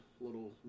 little